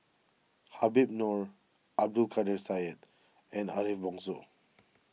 Habib Noh Abdul Kadir Syed and Ariff Bongso